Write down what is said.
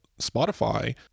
Spotify